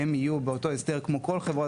הן יהיו באותו הסדר כמו כל חברות